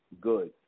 good